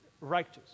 righteous